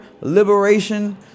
Liberation